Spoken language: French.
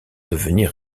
devenir